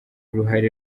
uruhare